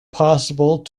possible